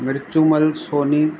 Mirchumal Sony